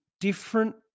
different